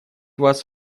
вас